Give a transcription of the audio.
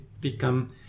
become